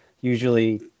usually